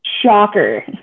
Shocker